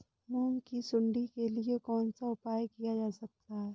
मूंग की सुंडी के लिए कौन सा उपाय किया जा सकता है?